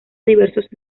diversos